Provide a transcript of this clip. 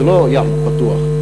זה לא ים פתוח,